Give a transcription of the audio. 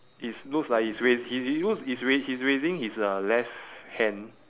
it's looks like he is rais~ he he looks he's rai~ he's raising his uh left hand